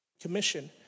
commission